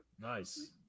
Nice